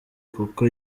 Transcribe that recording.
kuko